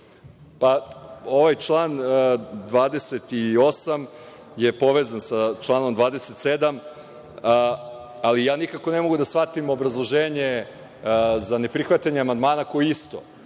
Ovaj član 28. je povezan sa članom 27, ali ja nikako ne mogu da shvatim obrazloženje za ne prihvatanje amandmana koji isto